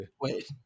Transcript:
Wait